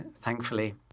thankfully